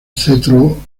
cetro